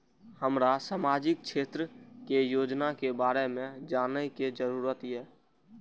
हमरा सामाजिक क्षेत्र के योजना के बारे में जानय के जरुरत ये?